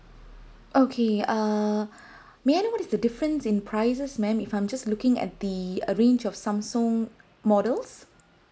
okay err may I know what is the difference in prices ma'am if I'm just looking at the range of Samsung models